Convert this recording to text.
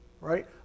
Right